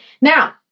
Now